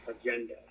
agenda